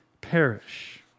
perish